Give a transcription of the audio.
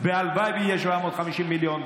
והלוואי ויהיו 750 מיליון.